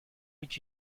would